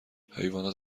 حیوانات